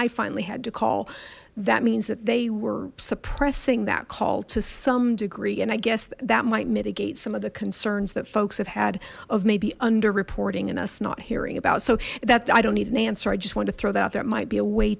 i finally had to call that means that they were suppressing that call to some degree and i guess that might mitigate some of the concerns that folks have had of maybe under reporting and us not hearing about so that i don't need an answer i just wanted to throw that that might be a way